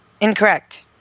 Incorrect